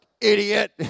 idiot